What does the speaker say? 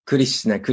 Krishna